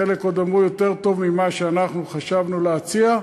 חלק עוד אמרו, יותר טוב ממה שאנחנו חשבנו להציע.